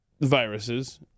viruses